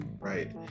right